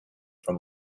from